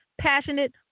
Passionate